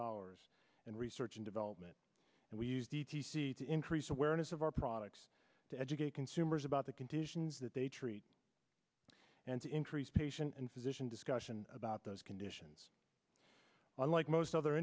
dollars in research and development and we use d t c to increase awareness of our products to educate consumers about the conditions that they treat and to increase patient and physician discussion about those conditions unlike most other